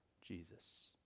Jesus